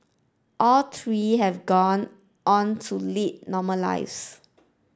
all three have gone on to lead normal lives